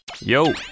Yo